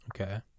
okay